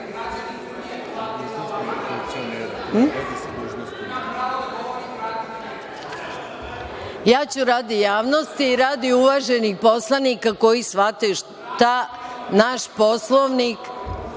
vreme.)Radi javnosti i radi uvaženih poslanika, koji shvataju šta naš Poslovnik